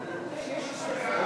2 נתקבלו.